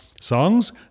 songs